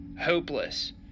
hopeless